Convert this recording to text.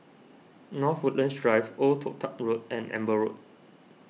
North Woodlands Drive Old Toh Tuck Road and Amber Road